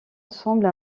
ensemble